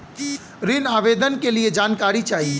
ऋण आवेदन के लिए जानकारी चाही?